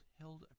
held